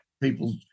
people